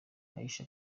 aisha